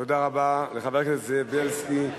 תודה רבה לחבר הכנסת זאב בילסקי.